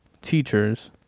teachers